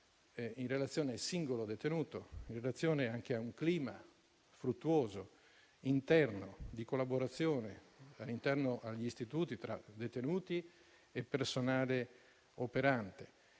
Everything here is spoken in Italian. in relazione al singolo detenuto, in relazione ad un clima fruttuoso e di collaborazione all'interno degli istituti tra detenuti e personale operante